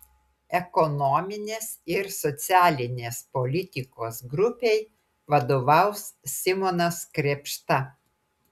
ekonominės ir socialinės politikos grupei vadovaus simonas krėpšta